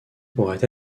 pourrait